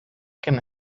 can